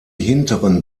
hinteren